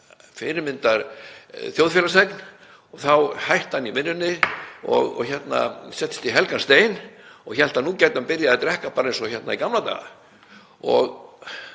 fyrirmyndarþjóðfélagsþegn og þá hætti hann í vinnunni og settist í helgan stein og hélt að nú gæti hann byrjaði að drekka bara eins og í gamla daga.